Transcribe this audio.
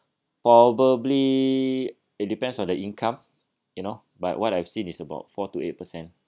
probably it depends on the income you know but what I've seen is about four to eight percent